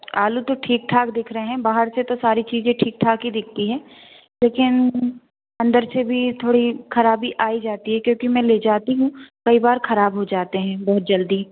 आलू तो ठीक ठाक दिख रहे हैं बाहर से तो सारी चीज़ें ठीक ठाक ही दिखती है लेकिन अंदर से भी थोड़ी खराबी आ ही जाती क्योंकि मैं ले जाती हूँ कई बार खराब हो जाते हैं बहुत जल्दी